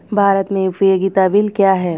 भारत में उपयोगिता बिल क्या हैं?